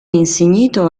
insignito